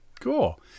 cool